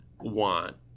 want